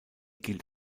gilt